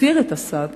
הסיר את הצעתו,